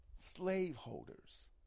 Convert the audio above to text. slaveholders